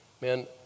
man